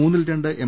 മൂന്നിൽരണ്ട് M